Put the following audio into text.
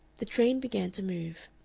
the train began to move.